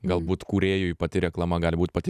galbūt kūrėjui pati reklama gali būt pati